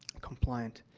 compliant.